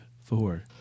four